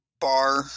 bar